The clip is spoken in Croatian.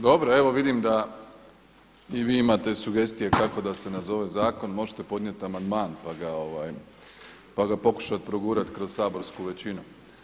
Dobro, evo vidim da i vi imate sugestije kako da se nazove zakon, možete podnijet amandman pa ga pokušati progurati kroz saborsku većinu.